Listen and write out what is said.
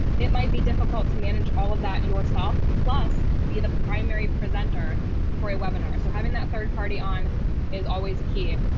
it might be difficult to manage all of that yourself plus be the primary presenter for a webinar. so having that third party on is always key.